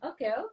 Okay